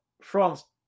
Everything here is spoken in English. France